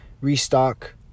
restock